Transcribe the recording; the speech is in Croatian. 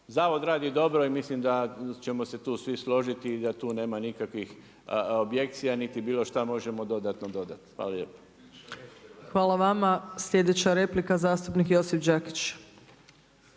Zavod radi dobro i mislim da ćemo se tu svi složiti i da tu nema nikakvih objekcija niti bilo šta možemo dodatno dodati. Hvala lijepo. **Opačić, Milanka (SDP)** Hvala vama. Slijedeća replika zastupnik Josip Đakić.